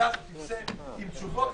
שמהוועדה הזאת נצא עם תשובות,